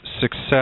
success